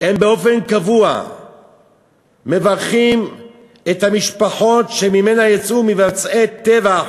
הם באופן קבוע מברכים את המשפחות שמהן יצאו מבצעי טבח,